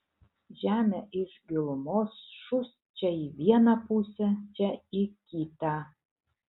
žemė iš gilumos šūst čia į vieną pusę čia į kitą